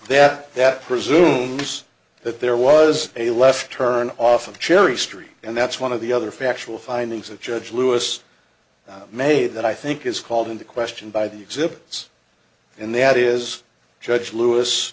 that that presumes that there was a left turn off of cherry street and that's one of the other factual findings of judge lewis may that i think is called into question by the exhibits and that is judge lewis